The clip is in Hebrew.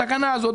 בתקנה הזאת,